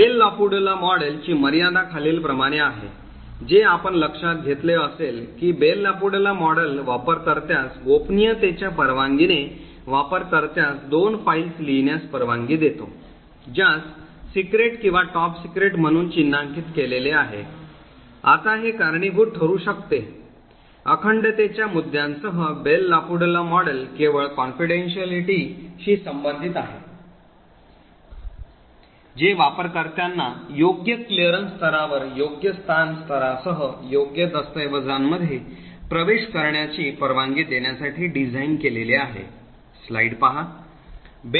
bell LaPadula model ची मर्यादा खालीलप्रमाणे आहेः जसे आपण लक्षात घेतले असेल की बेल लापॅडुला मॉडेल वापर कर्त्यास गोपनीयतेच्या परवानगीने वापर कर्त्यास दोन फाइल्स लिहिण्यास परवानगी देतो ज्यास सिक्रेट किंवा टॉप सीक्रेट म्हणून चिन्हांकित केलेले आहे आता हे कारणीभूत ठरू शकते अखंडतेच्या मुद्द्यांसह बेल लापॅडुला मॉडेल केवळ confidentiality शी संबंधित आहे जे वापरकर्त्यांना योग्य क्लीयरन्स स्तरासह योग्य स्थान स्तरासह योग्य दस्तऐवजांमध्ये प्रवेश करण्याची परवानगी देण्यासाठी डिझाइन केलेले आहे